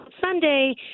Sunday